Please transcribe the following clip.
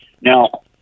Now